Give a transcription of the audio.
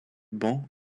ban